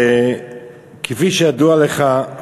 כפי שידוע לך,